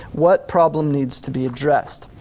what problem needs to be addressed?